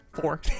Four